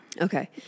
Okay